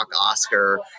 Oscar